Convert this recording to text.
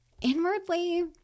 inwardly